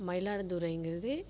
மயிலாடுதுறைங்கிறது